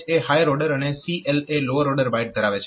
CH એ higher order અને CL એ લોઅર ઓર્ડર બાઇટ ધરાવે છે